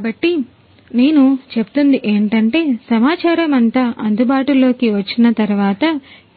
కాబట్టి నేను చెప్తుంది ఏంటంటే సమాచారమంతా అందుబాటులోకి వచ్చిన తర్వాత